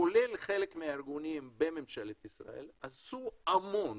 כולל חלק מהארגונים בממשלת ישראל, עשו המון